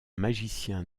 magicien